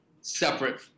separate